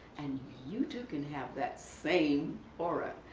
and you too can have that same aura.